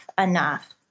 enough